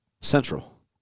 central